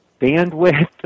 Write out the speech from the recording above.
bandwidth